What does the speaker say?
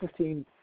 15